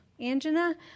angina